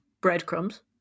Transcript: breadcrumbs